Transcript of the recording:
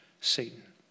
Satan